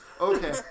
Okay